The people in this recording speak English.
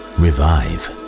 revive